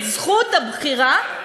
את זכות הבחירה,